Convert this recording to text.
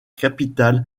capitale